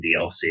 DLC